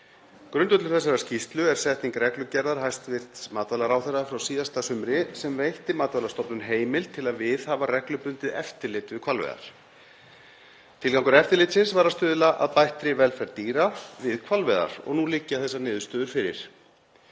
Grundvöllur þessarar skýrslu er setning reglugerðar hæstv. matvælaráðherra frá síðasta sumri sem veitti Matvælastofnun heimild til að viðhafa reglubundið eftirlit við hvalveiðar. Tilgangur eftirlitsins var að stuðla að bættri velferð dýra við hvalveiðar og nú liggja þessar niðurstöður fyrir.